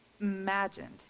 imagined